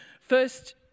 first